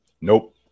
Nope